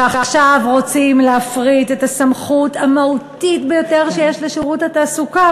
ועכשיו רוצים להפריט את הסמכות המהותית ביותר שיש לשירות התעסוקה,